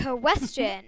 question